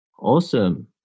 Awesome